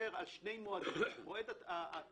דיבר על שני מועדים: מועד התכנית